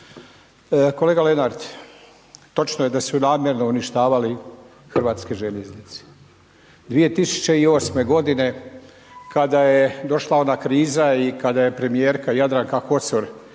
Kolega Lenart točno je da su namjerno uništavali hrvatske željeznice. 2008. godine kada je došla ona kriza i kada je premijerka Jadranka Kosor